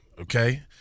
Okay